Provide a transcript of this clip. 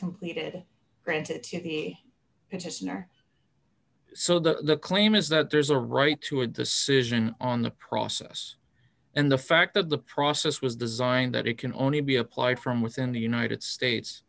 completed granted he has none so the claim is that there's a right to a decision on the process and the fact that the process was designed that it can only be applied from within the united states